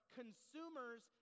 consumers